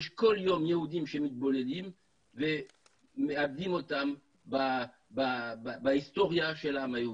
יש כל יום יהודים שמתבוללים ומאבדים אותם בהיסטוריה של העם היהודי.